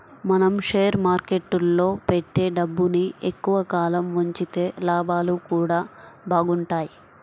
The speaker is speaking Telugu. మనం షేర్ మార్కెట్టులో పెట్టే డబ్బుని ఎక్కువ కాలం ఉంచితే లాభాలు గూడా బాగుంటయ్